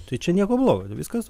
tai čia nieko blogo ir viskas